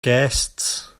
guests